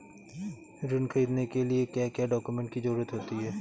ऋण ख़रीदने के लिए क्या क्या डॉक्यूमेंट की ज़रुरत होती है?